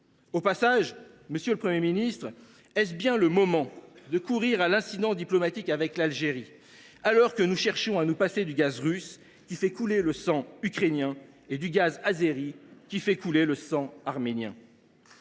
ce propos, monsieur le Premier ministre, est ce bien le moment d’encourir un incident diplomatique avec l’Algérie alors que nous cherchons à nous passer du gaz russe, qui fait couler le sang ukrainien, et du gaz azéri, qui fait couler le sang arménien ?